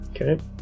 Okay